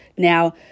Now